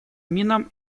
минам